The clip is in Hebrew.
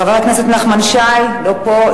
חבר הכנסת נחמן שי, לא פה.